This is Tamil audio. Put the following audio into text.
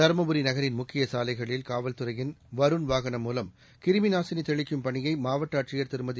தருமபுரி நகரின் முக்கிய சாலைகளில் காவல்துறையின் வருண் வாகனம் மூவம் கிருமி நாசினி தெளிக்கும் பணியை மாவட்ட ஆட்சியர் திருமதி